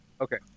Okay